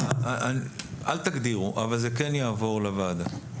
אל תגדירו אבל זה כן יעבור לוועדה.